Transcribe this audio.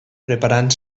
preparant